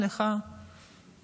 סליחה,